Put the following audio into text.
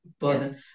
Person